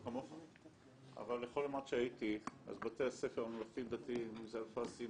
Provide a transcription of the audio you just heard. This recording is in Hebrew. אז בתי הספר הממלכתיים-דתיים אם זה "אלפסי",